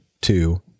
two